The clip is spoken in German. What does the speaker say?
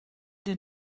den